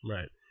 Right